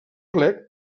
plec